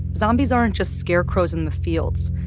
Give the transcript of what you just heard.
zombies aren't just scarecrows in the fields,